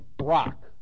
rock